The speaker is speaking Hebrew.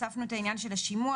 הוספנו את העניין של השימוע,